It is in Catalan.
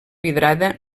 vidrada